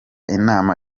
inama